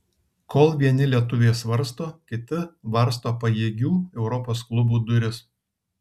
kol vieni lietuviai svarsto kiti varsto pajėgių europos klubų duris